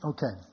Okay